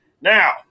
Now